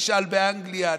נשאל באנגליה,